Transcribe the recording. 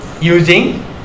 using